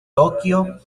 tokio